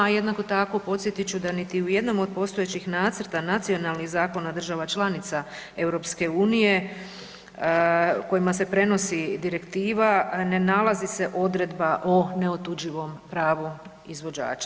A jednako tako podsjetit ću da u niti jednom od postojećih nacrta nacionalnih zakona država članica EU kojima se prenosi direktiva ne nalazi se odredba o neotuđivom pravu izvođača.